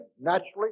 naturally